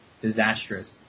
disastrous